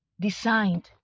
designed